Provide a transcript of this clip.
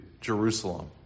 Jerusalem